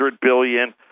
billion